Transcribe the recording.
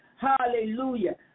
hallelujah